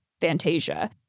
Fantasia